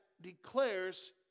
declares